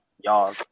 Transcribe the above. y'all